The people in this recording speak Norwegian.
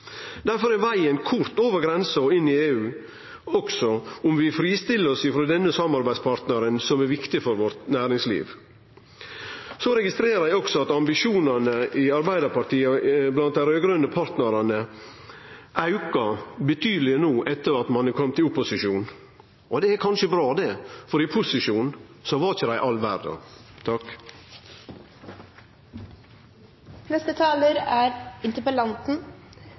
er vegen kort over grensa inn i EU, også om vi fristiller oss frå denne samarbeidspartnaren som er viktig for vårt næringsliv. Så registrerer eg også at ambisjonane i Arbeidarpartiet og blant dei raud-grøne partnarane aukar betydeleg no etter at ein er komen i opposisjon, og det er kanskje bra, for i posisjon var dei ikkje all verda. Denne debatten viser at dette er